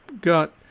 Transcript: got